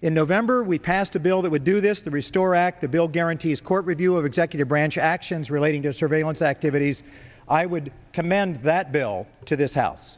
in november we passed a bill that would do this to restore act the bill guarantees court review of executive branch actions relating to surveillance activities i would commend that bill to this house